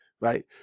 right